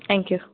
thank you